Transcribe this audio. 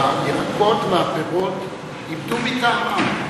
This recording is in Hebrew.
הירקות והפירות איבדו מטעמם?